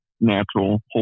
natural